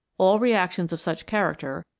all reactions of such character,